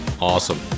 awesome